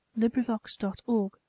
LibriVox.org